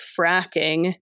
fracking